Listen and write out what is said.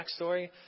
backstory